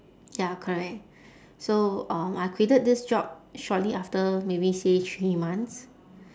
ya correct so um I quitted this job shortly after maybe say three months